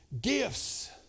gifts